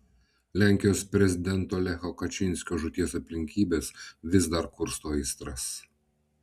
lenkijos prezidento lecho kačynskio žūties aplinkybės vis dar kursto aistras